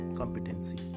competency